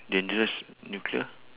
dangerous nuclear